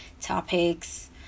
topics